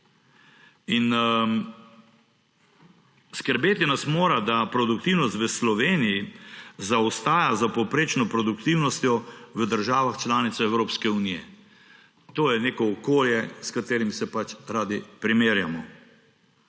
In skrbeti nas mora, da produktivnost v Sloveniji zaostaja za povprečno produktivnostjo v državah članicah Evropske unije. To je neko okolje, s katerim se pač radi primerjamo.